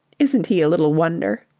isn't he a little wonder!